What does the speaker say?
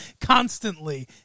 constantly